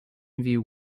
view